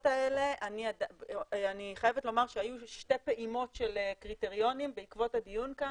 אני חייבת לומר שהיו לי שתי פעימות של קריטריונים בעקבות הדיון כאן